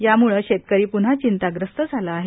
या शेतकरी पुन्हा चिंताग्रस्त झाला आहे